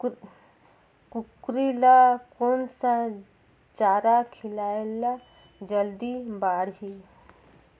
कूकरी ल कोन सा चारा खिलाय ल जल्दी बाड़ही?